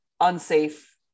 unsafe